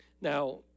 now